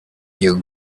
you